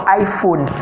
iPhone